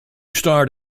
starred